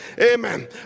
Amen